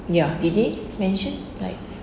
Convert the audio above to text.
ya did he mention like